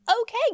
okay